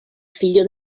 figlio